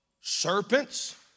serpents